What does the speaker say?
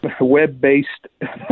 web-based